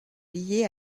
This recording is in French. liée